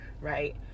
right